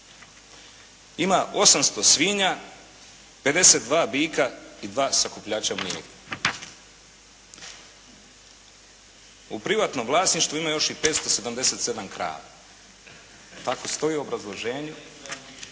ima 800 svinja, 52 bika i 2 sakupljača mlijeka. U privatnom vlasništvu ima još i 577 krava. Tako stoji u obrazloženju